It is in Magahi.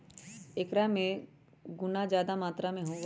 एकरा में गुना जादा मात्रा में होबा हई